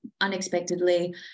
unexpectedly